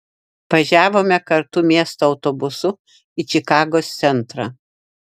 važiavome kartu miesto autobusu į čikagos centrą